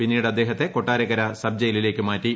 പിന്നീട് അദ്ദേഹത്തെ കൊട്ടാരക്കര സബ് ജയിലിലേക്ക് മാറ്റി